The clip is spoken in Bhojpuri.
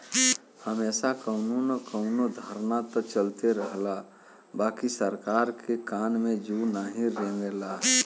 हमेशा कउनो न कउनो धरना त चलते रहला बाकि सरकार के कान में जू नाही रेंगला